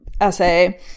essay